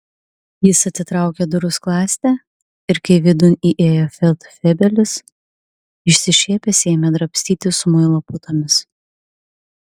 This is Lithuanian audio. jis atitraukė durų skląstį ir kai vidun įėjo feldfebelis išsišiepęs ėmė drabstytis muilo putomis